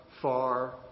far